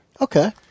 Okay